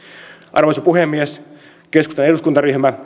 arvoisa puhemies keskustan eduskuntaryhmä